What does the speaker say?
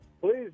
Please